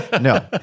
No